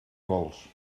cols